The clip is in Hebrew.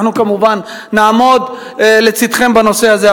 אנחנו כמובן נעמוד לצדכם בנושא הזה.